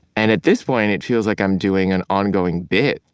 and at this point, it feels like i'm doing an ongoing bid.